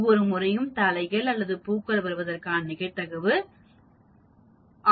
ஒவ்வொரு முறையும் தலைகள் அல்லது பூக்கள் வருவதற்கான நிகழ்தகவு ½